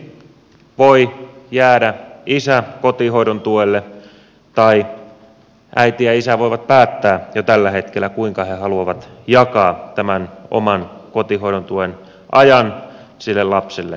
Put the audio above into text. yhtä hyvin voi jäädä isä kotihoidon tuelle tai äiti ja isä voivat päättää jo tällä hetkellä kuinka he haluavat jakaa tämän oman kotihoidon tuen ajan sille lapselle tai lapsille